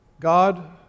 God